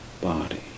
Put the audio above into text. body